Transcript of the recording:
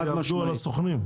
חד משמעית.